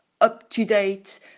up-to-date